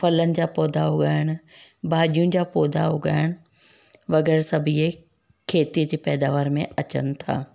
फलनि जा पौधा उगाइणु भाॼियुनि जा पौधा उगाइणु वग़ैरह सभु ईअं खेती जे पैदावार में अचनि था